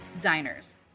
Diners